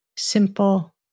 simple